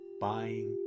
buying